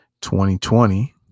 2020